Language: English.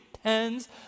tens